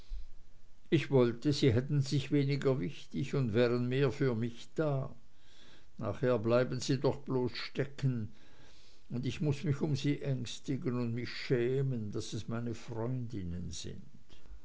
ich wollte sie hätten sich weniger wichtig und wären mehr für mich da nachher bleiben sie doch bloß stecken und ich muß mich um sie ängstigen und mich schämen daß es meine freundinnen sind